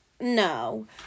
no